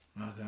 Okay